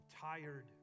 tired